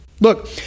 Look